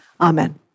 Amen